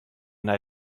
nei